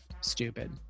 stupid